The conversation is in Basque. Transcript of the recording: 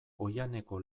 oihaneko